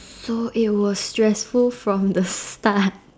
so it was stressful from the start